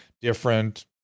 different